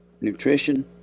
nutrition